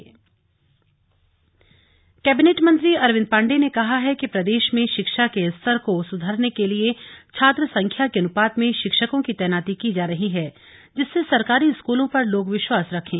अंबेडकर मूर्ति कैबिनेट मंत्री अरविंद पांडे ने कहा है कि प्रदेश में शिक्षा के स्तर को सुधारने के लिए छात्र संख्या के अनुपात में शिक्षकों की तैनाती की जा रही है जिससे सरकारी स्कूलों पर लोग विश्वास रखें